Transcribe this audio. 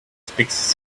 speaks